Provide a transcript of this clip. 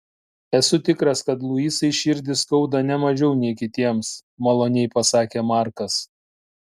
esu tikras kad luisai širdį skauda ne mažiau nei kitiems maloniai pasakė markas